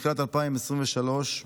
מתחילת 2023,